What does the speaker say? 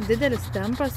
didelis tempas